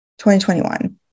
2021